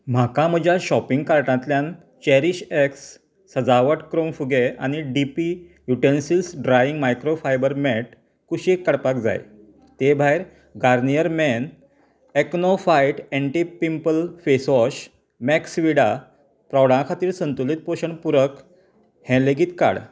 म्हाका म्हज्या शॉपिंग कार्टांतल्यान चेरीश एक्स सजावट क्रूंक फुगे आनी DP utensils drying microfibre mat कुशीक काडपाक जाय ते भायर Garnier Men AcnoFight anti pimple face wash मेक्स विडा प्रॉडा खातीर संतुलीत पोषण पुरक हे लेगीत काड